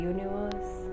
Universe